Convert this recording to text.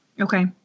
Okay